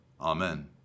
Amen